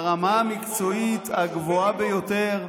ברמה המקצועית הגבוהה ביותר.